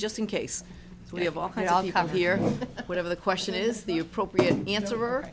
just in case we have all high all you have here whatever the question is the appropriate answer